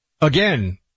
Again